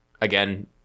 Again